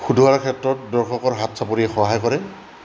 সুধৰোৱাৰ ক্ষেত্ৰত দৰ্শকৰ হাত চাপৰিয়ে সহায় কৰে